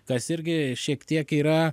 kas irgi šiek tiek yra